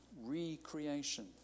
recreation